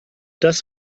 dass